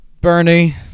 Bernie